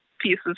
pieces